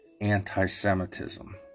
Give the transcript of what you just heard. anti-Semitism